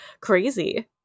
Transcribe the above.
crazy